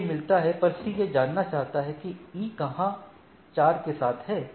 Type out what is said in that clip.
जब A मिलता है पर C यह जानता है कि E कहां 4 के साथ है